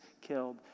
killed